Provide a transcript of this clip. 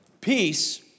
Peace